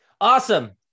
Awesome